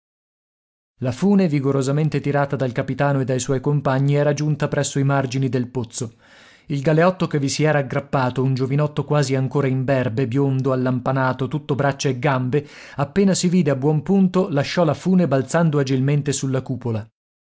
la fune vigorosamente tirata dal capitano e dai suoi compagni era giunta presso i margini del pozzo il galeotto che vi si era aggrappato un giovinotto quasi ancora imberbe biondo allampanato tutto braccia e gambe appena si vide a buon punto lasciò la fune balzando agilmente sulla cupola